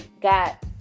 Got